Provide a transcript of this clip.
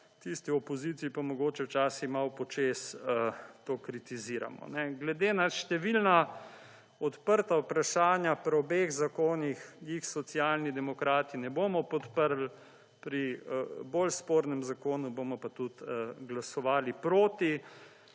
tisti v opoziciji pa mogoče včasih malo po čez to kritiziramo. Glede na številna odprta vprašanja pri obeh zakonih jih Socialni demokrati ne bomo podprli, pri bolj spornem zakonu bomo pa tudi glasovali proti.